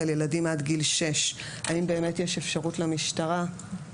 כאן מדובר על ילדים עד גיל שש האם באמת יש אפשרות למשטרה לתת